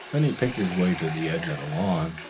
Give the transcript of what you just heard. then he picked his way to the edge of the lawn,